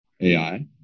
AI